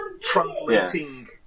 Translating